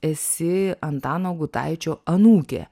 esi antano gustaičio anūkė